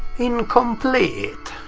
incomplete.